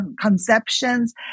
conceptions